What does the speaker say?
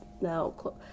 now